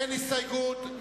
אין הסתייגות.